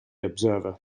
observer